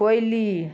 कोइली